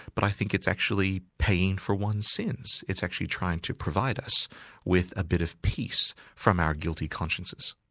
but i think it's actually paying for one's sins, it's actually trying to provide us with a bit of peace from our guilty consciences.